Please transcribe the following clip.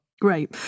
Great